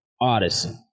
Odyssey